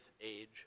age